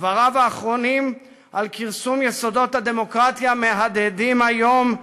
דבריו האחרונים על כרסום יסודות הדמוקרטיה מהדהדים היום,